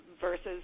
versus